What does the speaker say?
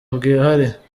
bwihariye